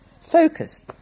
focused